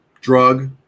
drug